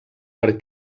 per